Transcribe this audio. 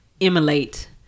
emulate